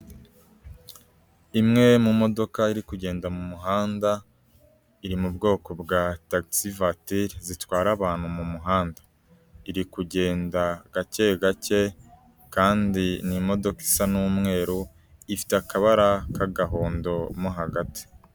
Imwe mu modoka iri kugenda mu muhanda, iri mu bwoko bwa tagisi vatiri, zitwara abantu mu muhanda, iri kugenda gake gake kandi n'imodoka isa n'umweru ifite akabara k'agahondo, mo hagati.